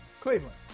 Cleveland